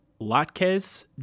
latkes